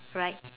right